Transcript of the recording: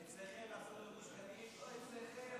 אצלכם לעזוב את גוש קטיף, לא אצלכם,